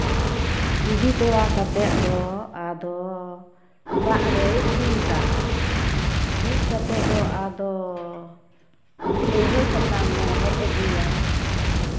ᱤᱫᱤ ᱛᱚᱨᱟ ᱠᱟᱛᱮ ᱟᱫᱚ ᱫᱟᱜ ᱨᱮᱭ ᱵᱤᱫᱟ ᱵᱤᱫ ᱠᱟᱛᱮ ᱫᱚ ᱟᱫᱚ ᱠᱟᱹᱣᱦᱟᱹ ᱥᱟᱠᱟᱢᱮ ᱦᱮᱡ ᱟᱹᱜᱩᱭᱟ